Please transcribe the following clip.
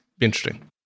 interesting